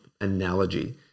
analogy